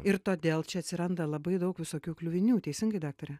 ir todėl čia atsiranda labai daug visokių kliuvinių teisingai daktare